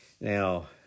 Now